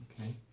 Okay